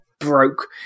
broke